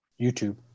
YouTube